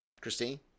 Christine